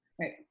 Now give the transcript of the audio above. Right